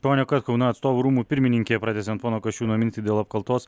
pone katkau na atstovų rūmų pirmininkė pratęsiant pono kasčiūno mintį dėl apkaltos